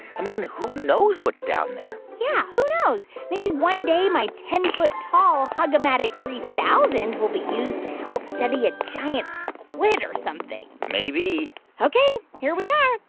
i mean, who knows what's down there? yeah. who knows? maybe one day, my ten foot tall hug-o-matic three thousand will be used to help study a giant squid or something maybe ok, here we are.